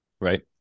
Right